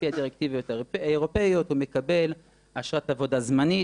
לפי הדירקטיבות האירופאיות הוא מקבל אשרת עבודה זמנית,